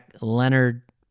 Leonard